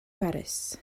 baris